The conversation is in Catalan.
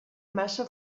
massa